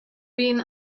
been